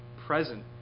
present